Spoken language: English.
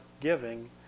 giving